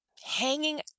hanging